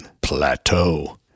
Plateau